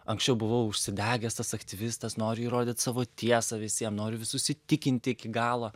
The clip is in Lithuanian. anksčiau buvau užsidegęs tas aktyvistas noriu įrodyt savo tiesą visiem noriu visus įtikint iki galo